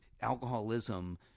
alcoholism